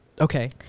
Okay